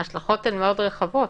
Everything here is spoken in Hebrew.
ההשלכות מאוד רחבות